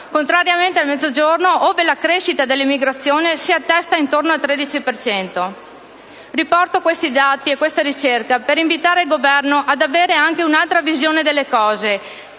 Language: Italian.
contrariamente al Mezzogiorno ove la crescita dell'emigrazione si attesta intorno al 13 per cento. Riporto questi dati e questa ricerca per invitare il Governo ad avere anche un'altra visione delle cose,